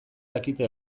dakite